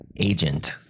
agent